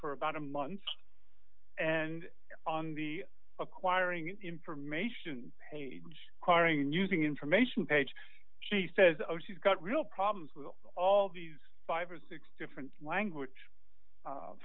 for about a month and on the acquiring information page acquiring using information page she says she's got real problems with all these five or six different language